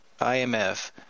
IMF